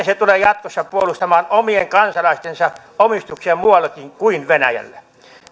se tulee jatkossa puolustamaan omien kansalaistensa omistuksia muuallakin kuin venäjällä